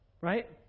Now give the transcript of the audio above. Right